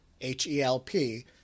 H-E-L-P